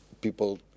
people